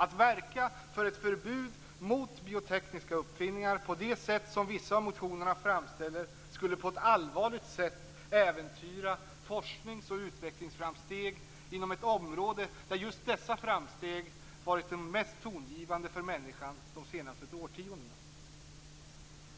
Att verka för ett förbud mot biotekniska uppfinningar på det sätt som vissa av motionerna framställer det skulle på ett allvarligt sätt äventyra forsknings och utvecklingsframsteg inom ett område där just dessa framsteg varit en av de mest tongivande för människan de senaste årtiondena.